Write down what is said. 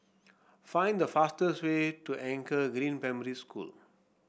find the fastest way to Anchor Green Primary School